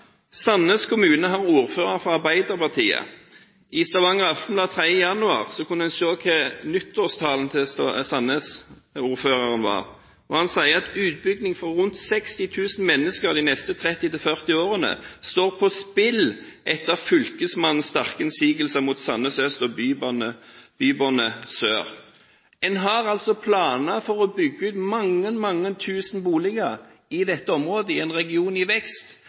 kommune har ordfører fra Arbeiderpartiet. I Stavanger Aftenblad 3. januar kunne man se hva nyttårstalen til Sandnes-ordføreren inneholdt. Han sa: «Utbygging for rundt 60.000 mennesker de neste 30 til 40 årene står på spill etter fylkesmannens sterke innsigelser mot Sandnes øst og Bybåndet sør.» En har altså planer for å bygge ut mange, mange tusen boliger i dette området, i en region i vekst,